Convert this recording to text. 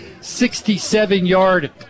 67-yard